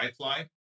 WhiteFly